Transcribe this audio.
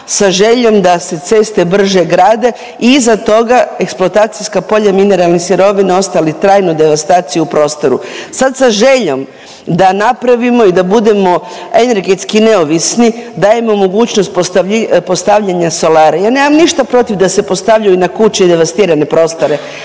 sa željom da se ceste brže grade i iza toga eksploatacijska polja mineralnih sirovina ostali trajno devastaciju u prostoru. Sad sa željom da napravimo i da budemo energetski neovisni dajemo mogućnost postavljanja solara. Ja nemam ništa protiv da se postavljaju na kuće i devastirane prostore,